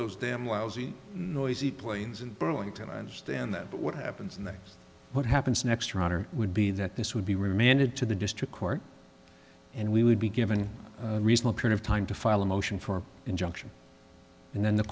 those damn lousy noisy planes in burlington i understand that but what happens in there what happens next roger would be that this would be remanded to the district court and we would be given a reason a period of time to file a motion for an injunction and then the